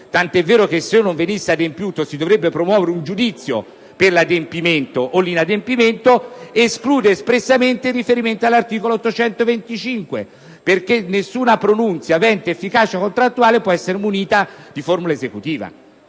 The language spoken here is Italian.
(tant'è vero che se non venisse adempiuto si dovrebbe promuovere un giudizio per l'adempimento o l'inadempimento), esclude espressamente il riferimento all'articolo 825, perché nessuna pronunzia avente efficacia contrattuale può essere munita di formula esecutiva.